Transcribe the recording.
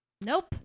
Nope